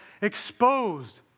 exposed